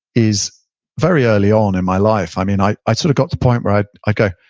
is very early on in my life i mean, i i sort of got the point where i i go,